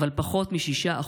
פחות מ-6%.